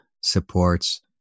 supports